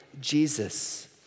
Jesus